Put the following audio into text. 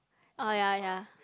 ah ya ya